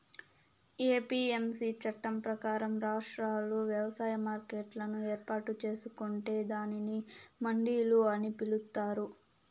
APMC చట్టం ప్రకారం, రాష్ట్రాలు వ్యవసాయ మార్కెట్లను ఏర్పాటు చేసుకొంటే దానిని మండిలు అని పిలుత్తారు